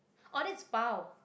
oh that's bao